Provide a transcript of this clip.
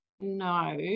no